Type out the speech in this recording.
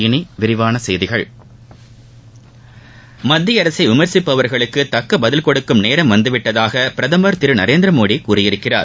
இனி விரிவான செய்திகள் மத்திய அரசை விமர்சிப்பவர்களுக்கு தக்க பதில் கொடுக்கும் நேரம் வந்துவிட்டதாக பிரதமர் திரு நரேந்திரமோடி கூறியிருக்கிறார்